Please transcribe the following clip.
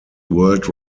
world